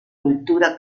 cultura